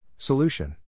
Solution